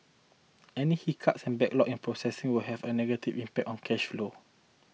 any hiccups and backlog in processing will have a negative impact on cash flow